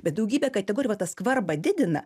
bet daugybė kategorijų ta skvarba didina